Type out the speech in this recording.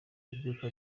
iduka